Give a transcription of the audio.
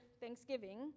thanksgiving